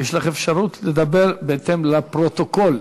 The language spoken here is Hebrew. יש לך אפשרות לדבר בהתאם לפרוטוקול.